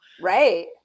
right